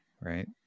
Right